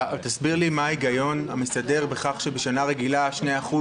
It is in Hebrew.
או 67% מסכום הנטו הנדרש לפי הודעת החיוב לעניין שירותים